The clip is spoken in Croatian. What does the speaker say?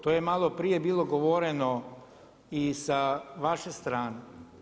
To je maloprije bilo govoreno i sa vaše strane.